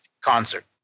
concert